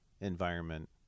environment